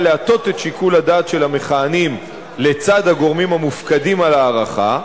להטות את שיקול הדעת של המכהנים לצד הגורמים המופקדים על ההארכה,